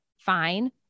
Fine